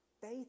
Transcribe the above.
faith